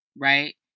right